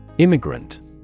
Immigrant